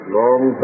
long